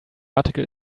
article